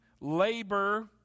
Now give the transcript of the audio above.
labor